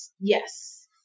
Yes